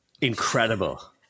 incredible